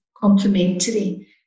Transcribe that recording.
Complementary